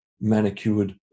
manicured